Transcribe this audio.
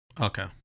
okay